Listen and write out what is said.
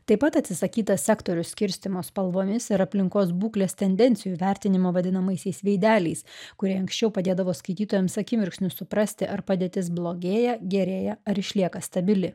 taip pat atsisakyta sektorių skirstymo spalvomis ir aplinkos būklės tendencijų vertinimo vadinamaisiais veideliais kurie anksčiau padėdavo skaitytojams akimirksniu suprasti ar padėtis blogėja gerėja ar išlieka stabili